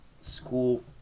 school